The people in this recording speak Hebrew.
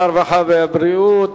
הרווחה והבריאות,